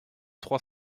trois